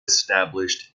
established